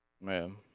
Man